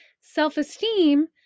Self-esteem